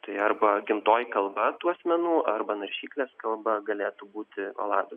tai arba gimtoji kalba tų asmenų arba naršyklės kalba galėtų būti olandų